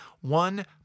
One